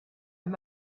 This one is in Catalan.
amb